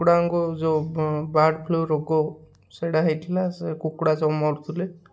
କୁକୁଡ଼ାଙ୍କୁ ଯେଉଁ bird flu ରୋଗ ସେଟା ହେଇଥିଲା ସେ କୁକୁଡ଼ା ସବୁ ମରୁଥିଲେ